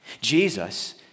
Jesus